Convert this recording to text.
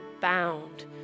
bound